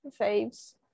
faves